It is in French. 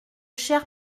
cher